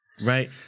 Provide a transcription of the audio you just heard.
right